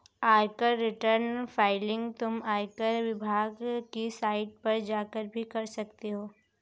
आयकर return filing तुम आयकर विभाग की साइट पर जाकर भी कर सकते हो